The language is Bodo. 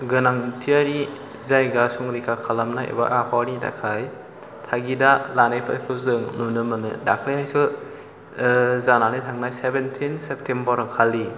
गोनांथियारि जायगा संरैखा खालामनाय एबा आबहावानि थाखाय थागिदा लानायफोरखौ जों नुनो मोनो दाखालैहायसो जानानै थांनाय सेबेन्टिन सेप्टेम्बर खालि